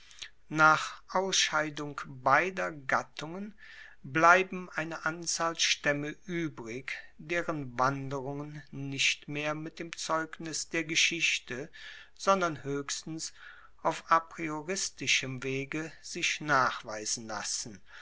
nach ausscheidung beider gattungen bleiben eine anzahl staemme uebrig deren wanderungen nicht mehr mit dem zeugnis der geschichte sondern hoechstens auf aprioristischem wege sich nachweisen lassen